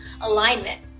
alignment